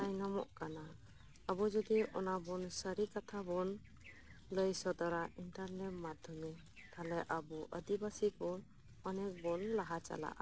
ᱛᱟᱭᱱᱚᱢᱚᱜ ᱠᱟᱱᱟ ᱟᱵᱚ ᱡᱩᱫᱤ ᱚᱱᱟ ᱵᱚᱱ ᱥᱟᱹᱨᱤ ᱠᱟᱛᱷᱟ ᱵᱚᱱ ᱞᱟᱹᱭ ᱥᱚᱫᱚᱨᱟ ᱤᱱᱴᱟᱨᱱᱮᱴ ᱢᱟᱫᱷᱚᱢᱮ ᱛᱟᱦᱚᱞᱮ ᱟᱵᱚ ᱟᱹᱫᱤᱵᱟᱹᱥᱤ ᱠᱚ ᱚᱱᱮᱠ ᱵᱚᱱ ᱞᱟᱦᱟ ᱪᱟᱞᱟᱜᱼᱟ